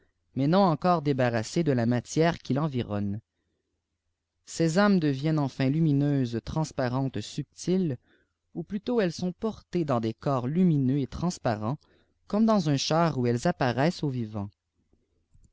mais non encore daine de k matière qui l'eîîvironne ces âmes deviennent enfin luminewes transparentes subtiles ou plutôt elles sont portées dans des corps lumineux et ti ansparents comme dans un char où ellesiiqatparaissent aux vivants